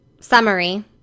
summary